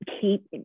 keep